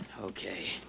Okay